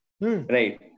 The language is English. right